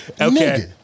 Okay